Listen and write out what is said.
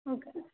okay